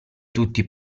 tutti